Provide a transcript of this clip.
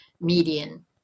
median